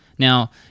Now